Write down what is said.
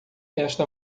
esta